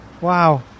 Wow